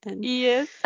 Yes